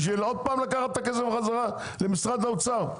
בשביל עוד פעם לקחת את הכסף בחזרה למשרד האוצר?